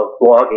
blogging